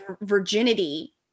virginity